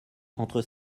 entre